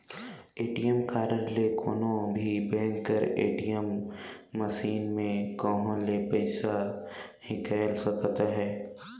ATM card ले कोनो भी बेंक कर ए.टी.एम मसीन में कहों ले पइसा हिंकाएल सकत अहे